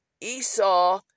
Esau